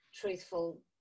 truthful